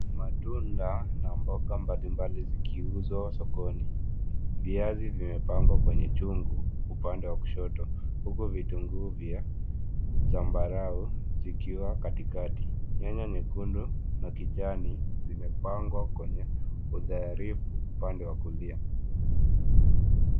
Matunda na mboga mbalimbali zikiuzwa sokoni. Viazi vimpangwa kwenye chungu upande wa kushoto huku vitunguu vya zambarau zikiwa katikati. Nyanya nyekundu na kijani zimepangwa kwenye udhayarifu upande wa kulia.